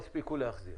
הצליחה להחזיר.